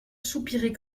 soupirer